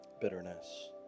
bitterness